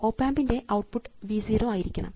op ആമ്പിൻറെ output V 0 ആയിരിക്കണം